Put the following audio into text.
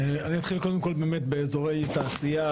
אני אתחיל קודם כל באמת באזורי תעשייה,